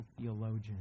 theologian